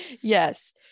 Yes